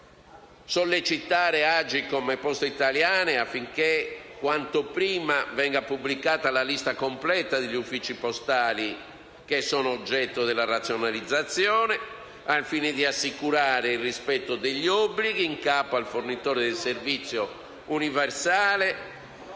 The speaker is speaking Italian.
sollecitare Agcom e Poste italiane affinché venga pubblicata quanto prima la lista completa degli uffici postali oggetto di razionalizzazione, al fine di assicurare il rispetto dell'obbligo in capo al fornitore del servizio universale